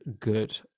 good